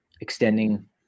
extending